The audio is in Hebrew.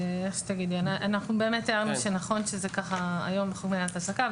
אנחנו הערנו שנכון שהיום זה בחוק מניעת העסקה,